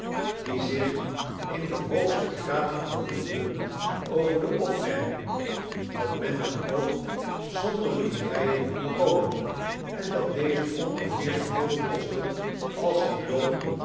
die zich in den hoogsten graad verwonderden over de opmerking dat men er ook zonder livreien kon komen en dat deze ongeveer zooveel kostten als het loon